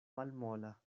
malmola